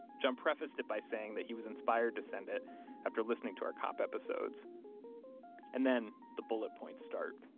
john prefaced it by saying that he was inspired to send it after listening to our cop episodes and then the bullet points start.